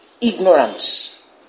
ignorance